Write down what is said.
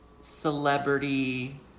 celebrity